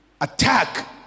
attack